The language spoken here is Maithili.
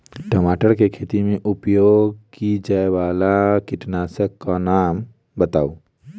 टमाटर केँ खेती मे उपयोग की जायवला कीटनासक कऽ नाम बताऊ?